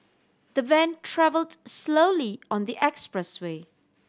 the van travelled slowly on the expressway